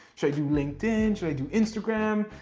should i do linkedin? should i do instagram?